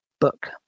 book